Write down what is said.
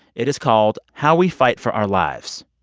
it is called how we fight for our lives.